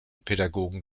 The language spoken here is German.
pädagogen